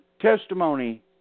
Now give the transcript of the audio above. testimony